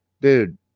dude